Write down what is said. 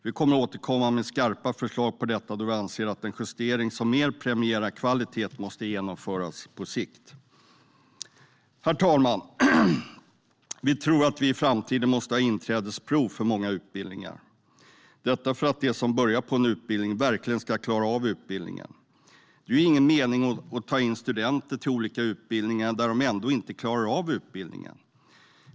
Vi kommer att återkomma med skarpa förslag om detta, då vi anser att en justering som mer premierar kvalitet måste genomföras på sikt. Herr talman! Vi tror att vi i framtiden måste ha inträdesprov till många utbildningar för att se till att de som börjar på en utbildning verkligen klarar av den. Det är ju ingen mening att ta in studenter till olika utbildningar som de ändå inte klarar av.